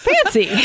Fancy